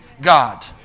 God